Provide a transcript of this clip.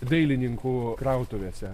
dailininkų krautuvėse